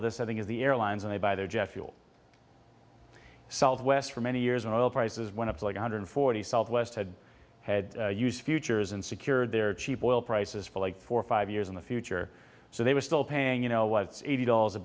of this i think is the airlines and they buy their jet fuel southwest for many years and oil prices went up like a hundred forty southwest had had use futures and secured their cheap oil prices for like four or five years in the future so they were still paying you know what eighty dollars a